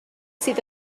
sydd